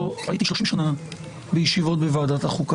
אז אני מבקש לומר לפרוטוקול הייתי 30 שנה בישיבות בוועדת החוקה,